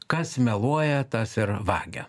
kas meluoja tas ir vagia